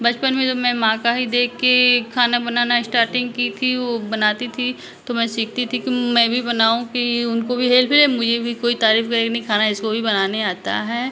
बचपन में जब मैं माँ का ही देख कर खाना बनाना इश्टाटिंग की थी वो बनाती थी तो मैं सीखती थी कि मैं भी बनाऊँ कि उनको भी हेल्प हो जाए मुझे भी कोई तारीफ करे कि नहीं खाना इसको भी बनाने आता है